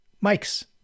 Mike's